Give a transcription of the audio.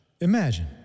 Imagine